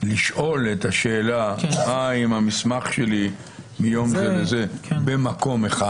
לשאול את השאלה מה עם המסמך שלי מיום זה וזה במקום אחד